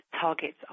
targets